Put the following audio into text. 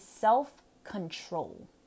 self-control